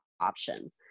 option